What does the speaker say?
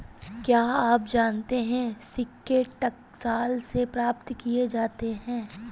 क्या आप जानते है सिक्के टकसाल से प्राप्त किए जाते हैं